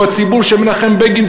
הציבור שמנחם בגין,